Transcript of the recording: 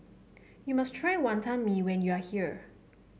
you must try Wonton Mee when you are here